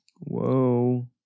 Whoa